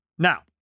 Now